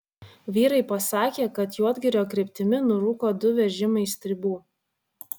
vyrai pasakė kad juodgirio kryptimi nurūko du vežimai stribų